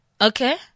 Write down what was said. Okay